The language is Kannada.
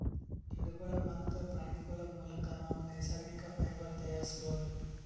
ಗಿಡಗೋಳ್ ಮತ್ತ್ ಪ್ರಾಣಿಗೋಳ್ ಮುಲಕ್ ನಾವ್ ನೈಸರ್ಗಿಕ್ ಫೈಬರ್ ತಯಾರಿಸ್ಬಹುದ್